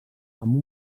amb